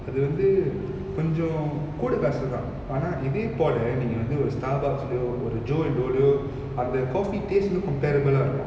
அது வந்து கொஞ்சம் கூட காசு தான் ஆனா இதே போல நீங்க வந்து ஒரு:athu vanthu konjam kooda kasu thaan aana ithe pola neenga vanthu oru starbucks லையோ ஒரு:layo oru joe and dough லையோ அந்த:layo antha coffee taste னு:nu comparable ah இருக்கும்:irukkum